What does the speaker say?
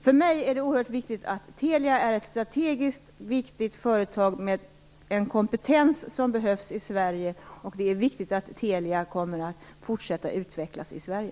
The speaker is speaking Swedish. För mig är det oerhört viktigt att Telia är ett strategiskt viktigt företag med en kompetens som behövs i Sverige. Det är viktigt att Telia fortsätter att utvecklas i Sverige.